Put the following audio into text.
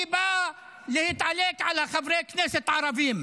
והיא באה להתעלק על חברי הכנסת הערבים.